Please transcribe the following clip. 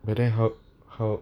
but then how how